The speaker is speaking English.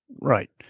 Right